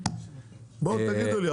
תגידו לי.